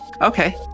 Okay